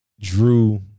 Drew